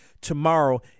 tomorrow